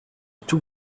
tout